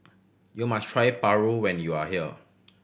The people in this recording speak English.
you must try paru when you are here